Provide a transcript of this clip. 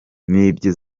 nibyo